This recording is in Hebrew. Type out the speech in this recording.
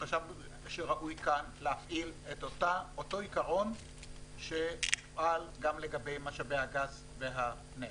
חשבנו שראוי להפעיל כאן את אותו עיקרון שמופעל גם לגבי משאבי הגז והנפט.